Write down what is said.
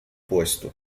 puesto